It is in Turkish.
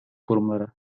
kurumları